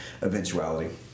eventuality